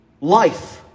life